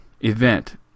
event